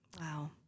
Wow